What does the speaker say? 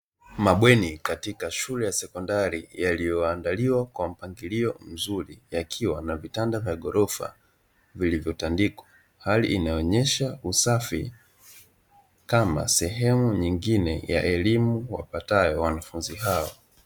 Mabweni katika shule ya sekondari yaliyoandaliwa kwa mpangilio mzuri yakiwa na vitanda vya ghorofa vilivyotandikwa, hali inaonyesha usafi kama sehemu nyingine ya elimu wapatayo wanafunzi hao.